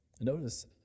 Notice